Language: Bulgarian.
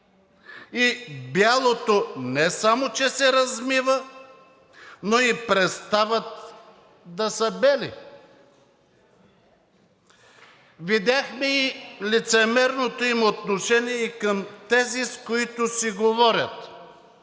и бялото не само че се размива, но и престават да са бели. Видяхме лицемерното им отношение и към тези, с които си говорят,